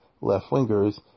left-wingers